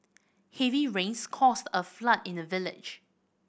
heavy rains cause a flood in the village